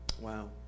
Wow